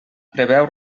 preveu